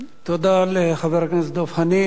תודה לחבר הכנסת דב חנין.